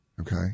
okay